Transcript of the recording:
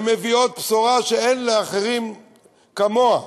הן מביאות בשורה שאין לאחרים כמוה,